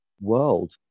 world